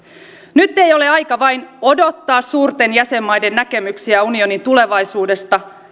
nyt ei ole aika vain odottaa suurten jäsenmaiden näkemyksiä unionin tulevaisuudesta